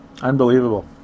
Unbelievable